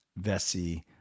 Vessi